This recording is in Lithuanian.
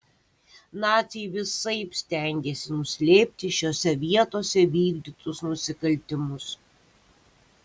naciai visaip stengėsi nuslėpti šiose vietose vykdytus nusikaltimus